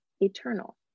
eternal